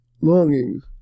longings